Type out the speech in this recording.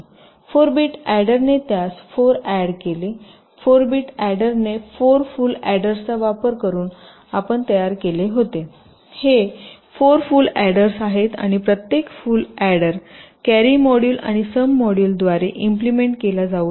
4 bit adder ने त्यास 4 add केले4 बिट अॅडर ने 4 फुल अॅडर्सचा वापर करुन आपण तयार केले होते हे 4 फुल अॅडर्स आहेत आणि प्रत्येक फुल अॅडर कॅरी मॉड्यूल आणि सम मॉड्यूलद्वारे इम्प्लिमेंट केला जाऊ शकतो